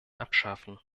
abschaffen